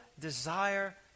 desire